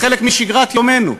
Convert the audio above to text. חלק משגרת יומנו.